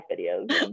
videos